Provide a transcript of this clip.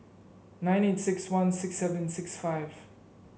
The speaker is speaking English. nine eight six one six seven six five